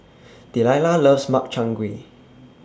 Delila loves Makchang Gui